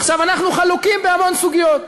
עכשיו, אנחנו חלוקים בהמון סוגיות,